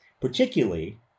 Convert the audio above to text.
particularly